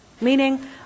Meaning